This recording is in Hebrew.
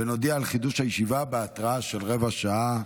ונודיע על חידוש הישיבה בהתראה של רבע שעה.